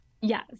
Yes